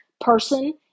person